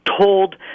told